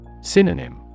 Synonym